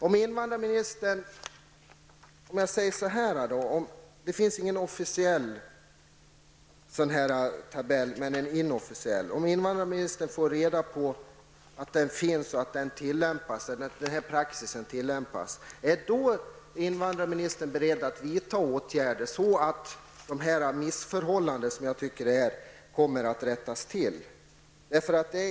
Det finns alltså ingen officiell tabell men en inofficiell. Om invandrarministern får reda på att en sådan finns och att denna praxis tillämpas, är hon då beredd att vidta åtgärder så att dessa missförhållanden, vilket jag tycker att det är fråga om, rättas till?